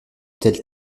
telles